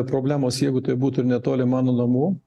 problemos jeigu tai būtų ir netoli mano namų